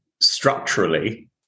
structurally